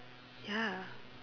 ya